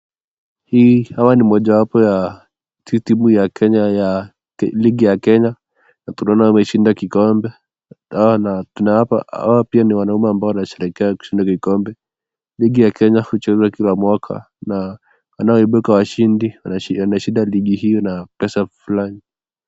Hawa ni moja wapo wa timu ya Kenya ya ligi ya Kenya, tunaona wameshinda kikombe hawa pia ni wanaume ambao wanasherehekea kushinda kikombe, ligi huchezwa kila mwaka, na wanaibuka washindi wanashinda ligi hio na pesa fulani.